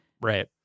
Right